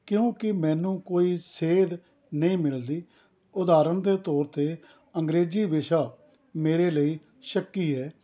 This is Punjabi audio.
ਕਿਉਂਕਿ ਮੈਨੂੰ ਕੋਈ ਸੇਧ ਨਹੀਂ ਮਿਲ ਰਹੀ ਉਦਾਹਰਣ ਦੇ ਤੌਰ 'ਤੇ ਅੰਗਰੇਜ਼ੀ ਵਿਸ਼ਾ ਮੇਰੇ ਲਈ ਸ਼ੱਕੀ ਹੈ